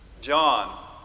John